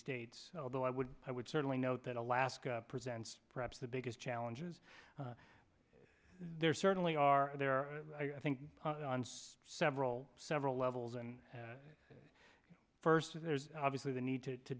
states although i would i would certainly note that alaska presents perhaps the biggest challenges there certainly are there are i think several several levels and first there's obviously the need to